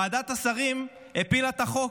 ועדת השרים הפילה את החוק,